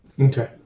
Okay